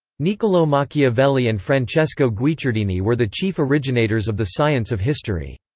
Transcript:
niccolo machiavelli and francesco guicciardini were the chief originators of the science of history.